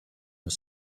are